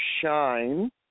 Shine